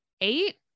Eight